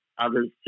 others